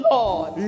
Lord